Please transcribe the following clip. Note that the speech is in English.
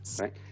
right